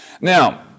Now